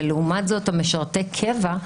ולעומת זאת, משרתי קבע,